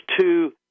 two